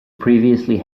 previously